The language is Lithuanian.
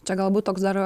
čia galbūt toks dar